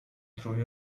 through